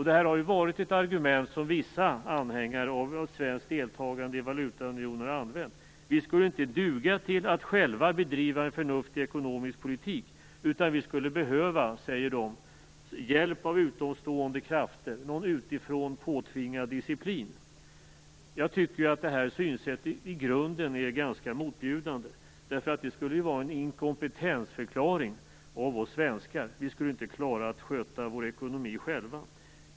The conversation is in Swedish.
Det har ju varit ett argument som vissa anhängare av ett svenskt deltagande i valutaunionen har använt. Vi skulle inte duga till att själva bedriva en förnuftig ekonomisk politik, säger de, utan vi skulle behöva hjälp av utomstående krafter, av en utifrån påtvingad disciplin. Jag tycker att det synsättet i grunden är ganska motbjudande. Det skulle ju vara en inkompetensförklaring av oss svenskar. Vi skulle inte klara att sköta vår ekonomi själva.